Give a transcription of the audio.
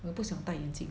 我不想戴眼镜